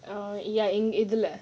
err ya எதுல:edhula